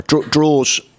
Draws